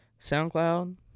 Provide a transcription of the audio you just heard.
SoundCloud